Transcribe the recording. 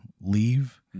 leave